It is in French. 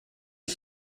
est